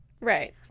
Right